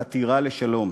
החתירה לשלום.